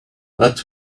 what